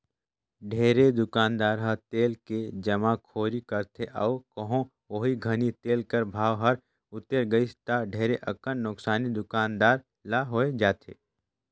ढेरे दुकानदार ह तेल के जमाखोरी करथे अउ कहों ओही घनी तेल कर भाव हर उतेर गइस ता ढेरे अकन नोसकानी दुकानदार ल होए जाथे